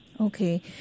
Okay